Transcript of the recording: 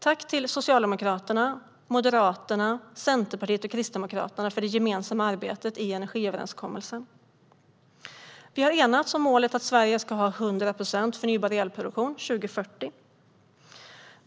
Tack till Socialdemokraterna, Moderaterna, Centerpartiet och Kristdemokraterna för det gemensamma arbetet i energiöverenskommelsen! Vi har enats om målet att Sverige ska ha 100 procent förnybar elproduktion 2040.